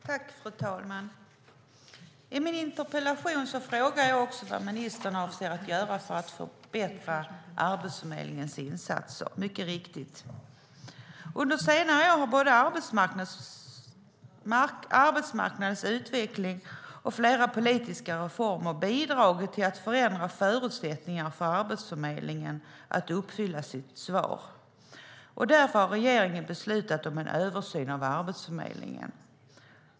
Fru talman! I min interpellation frågar jag också vad ministern avser att göra för att förbättra Arbetsförmedlingens insatser. Det är mycket viktigt. Under senare år har både arbetsmarknadens utveckling och flera politiska reformer bidragit till att förändra förutsättningarna för Arbetsförmedlingen att uppfylla sitt uppdrag. Därför har regeringen beslutat om en översyn av Arbetsförmedlingen.